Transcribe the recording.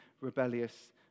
rebellious